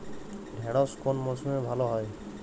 ঢেঁড়শ কোন মরশুমে ভালো হয়?